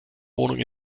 wohnung